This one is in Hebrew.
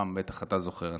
רם, בטח אתה זוכר.